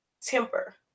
temper